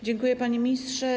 Dziękuję, panie ministrze.